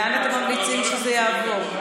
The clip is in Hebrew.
לאן אתם ממליצים שזה יעבור?